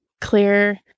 clear